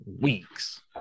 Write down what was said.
weeks